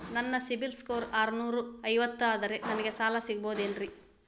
ನನ್ನ ಸಿಬಿಲ್ ಸ್ಕೋರ್ ಆರನೂರ ಐವತ್ತು ಅದರೇ ನನಗೆ ಸಾಲ ಸಿಗಬಹುದೇನ್ರಿ?